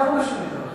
אנחנו משלמים את המחיר,